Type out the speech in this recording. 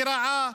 רעה,